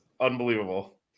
unbelievable